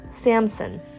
Samson